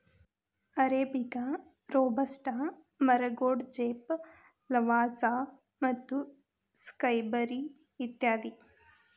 arabica, robusta, ಮರಗೋಡಜೇಪ್, Lavazza ಮತ್ತು Skybury ಇತ್ಯಾದಿ